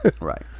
Right